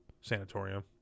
Sanatorium